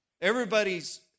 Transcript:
Everybody's